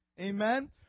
Amen